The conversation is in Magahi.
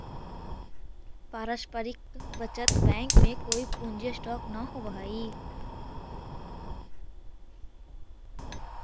पारस्परिक बचत बैंक में कोई पूंजी स्टॉक न होवऽ हई